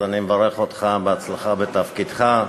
אז אני מברך אותך בהצלחה בתפקידך.